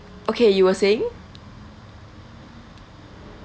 okay you were saying